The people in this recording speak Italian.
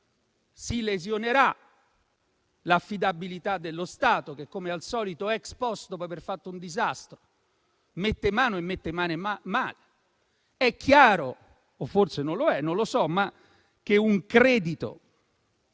si lesionerà l'affidabilità dello Stato che, come al solito *ex post*, dopo aver fatto un disastro, mette mano e lo fa male. Tuttavia è chiaro (o forse non lo è, non lo so) che un credito,